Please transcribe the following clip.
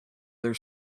their